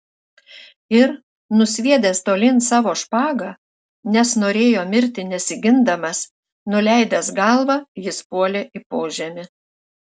ir nusviedęs tolyn savo špagą nes norėjo mirti nesigindamas nuleidęs galvą jis puolė į požemį